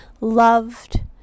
loved